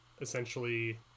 essentially